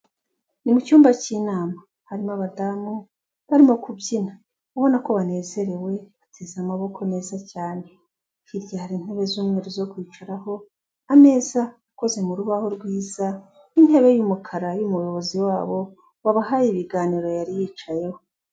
Ni mu cyumba cy'inama, harimo abadamu barimo kubyina, ubona ko banezerewe, bateze amaboko meza cyane, hirya hari intebe z'umweru zo kwicaraho, ameza akoze mu rubaho rwiza, n'intebe y'umukara y'umuyobozi wabo, wabahaye ibiganiro yari yicayeho.